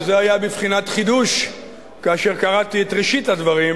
וזה היה בבחינת חידוש כאשר קראתי את ראשית הדברים,